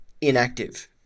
inactive